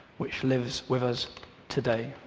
which lives with us today.